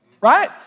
right